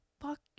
Fuck